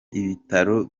ibitaro